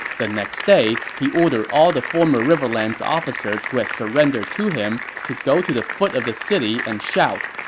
the next day, he ordered all the former riverlands officers who had surrendered to him to go to the foot of the city and shout,